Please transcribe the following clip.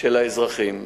של האזרחים.